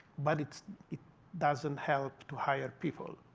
but it it doesn't help to hire people.